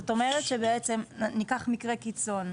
זאת אומרת שבעצם, ניקח מקרה קיצון.